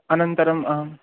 अनन्तरम् अहं